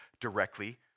directly